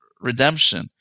redemption